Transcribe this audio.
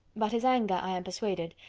but his anger, i am persuaded,